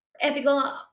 ethical